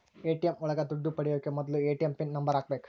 ATM ಒಳಗ ದುಡ್ಡು ಪಡಿಯೋಕೆ ಮೊದ್ಲು ಎ.ಟಿ.ಎಂ ಪಿನ್ ನಂಬರ್ ಹಾಕ್ಬೇಕು